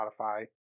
Spotify